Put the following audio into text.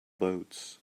boats